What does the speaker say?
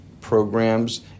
programs